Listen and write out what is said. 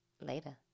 later